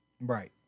right